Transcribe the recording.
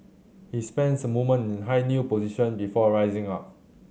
he spends a moment in high kneel position before a rising up